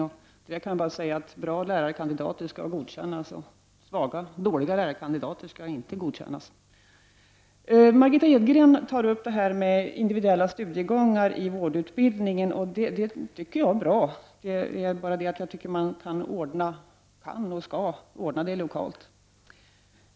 Till det kan jag bara säga att bra lärarkandidater skall godkännas och att dåliga lärarkandidater inte skall godkännas. Margitta Edgren tar upp frågan om individuella studiegångar i vårdutbildningen, och det tycker jag är bra. Det är bara det att jag tycker att man kan och skall ordna det lokalt.